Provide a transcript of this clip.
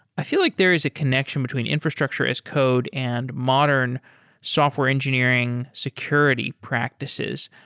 i feel like there is a connection between infrastructure as code and modern software engineering security practices.